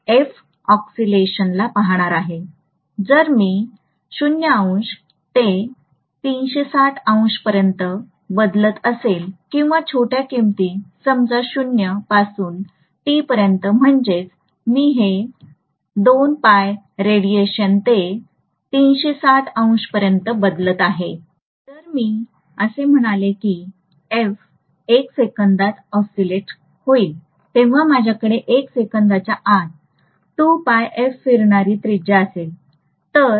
जर मी पर्यंत बदलत असेल किंवा छोट्या किमती समजा ० पासून T पर्यंत म्हणजेच मी हे rad ते पर्यंत बदलत आहे जर मी असे म्हणालो की F 1 सेकंदात ओसिलेट होईल तेव्हा माझ्याकडे 1 सेकंदाच्या आत 2πfफिरणारी त्रिज्या असेल